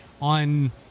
on